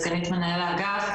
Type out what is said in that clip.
סגנית מנהל האגף,